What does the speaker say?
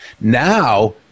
Now